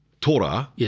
Torah